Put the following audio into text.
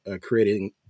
creating